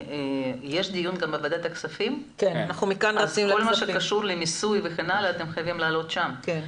כל מה שקשור למיסוי וכן הלאה אתם חייבים להעלות בדיון בוועדת כספים,